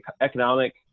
economic